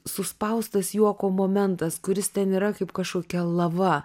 suspaustas juoko momentas kuris ten yra kaip kažkokia lava